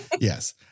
Yes